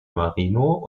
marino